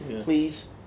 Please